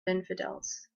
infidels